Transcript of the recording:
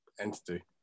entity